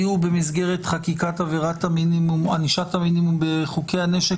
במסגרת חקיקת ענישת המינימום בחוקי הנשק